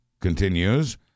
continues